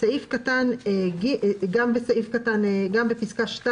גם בפסקה (2)